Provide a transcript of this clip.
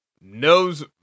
knows